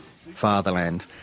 fatherland